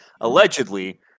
allegedly